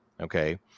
okay